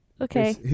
Okay